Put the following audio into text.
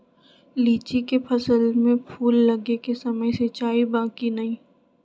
लीची के फसल में फूल लगे के समय सिंचाई बा कि नही?